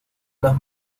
las